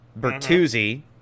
Bertuzzi